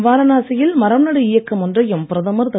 வாரணாசியில் மரம்நடு இயக்கம் ஒன்றையும் பிரதமர் திரு